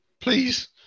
please